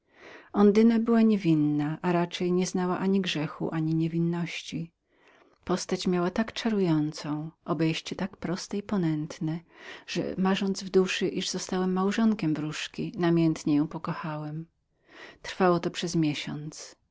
ondyna była niewinną czyli raczej nieznała ani grzechu ani niewinności postać miała tak czarującą obejścia tak proste i ponętne że marząc w duszy że zostałem małżonkiem wróżki namiętnie ją pokochałem trwało to przez miesiąc